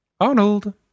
Arnold